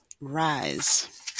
rise